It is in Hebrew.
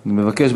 אני מבקש,